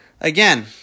again